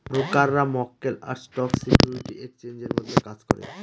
ব্রোকাররা মক্কেল আর স্টক সিকিউরিটি এক্সচেঞ্জের মধ্যে কাজ করে